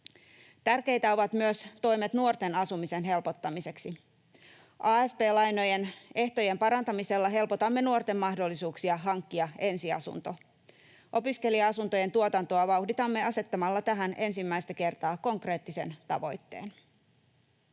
Tärkeitä ovat myös toimet nuorten asumisen helpottamiseksi. Asp-lainojen ehtojen parantamisella helpotamme nuorten mahdollisuuksia hankkia ensiasunto. Opiskelija-asuntojen tuotantoa vauhditamme asettamalla tähän ensimmäistä kertaa konkreettisen tavoitteen.